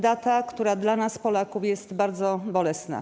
Data, która dla nas, Polaków, jest bardzo bolesna.